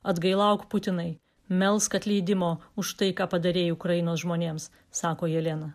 atgailauk putinai melsk atleidimo už tai ką padarei ukrainos žmonėms sako jelena